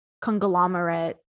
conglomerate